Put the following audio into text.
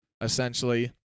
essentially